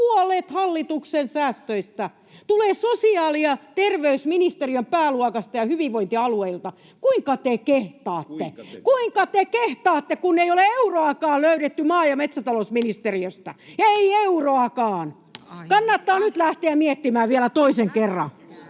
puolet hallituksen säästöistä tulee sosiaali- ja terveysministeriön pääluokasta ja hyvinvointialueilta... Kuinka te kehtaatte? Kuinka te kehtaatte, kun ei ole euroakaan löydetty maa- ja metsätalousministeriöstä, ei euroakaan? [Puhemies: Aika!] Kannattaa nyt lähteä miettimään vielä toisen kerran.